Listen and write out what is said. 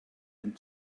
and